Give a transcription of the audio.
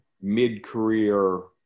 mid-career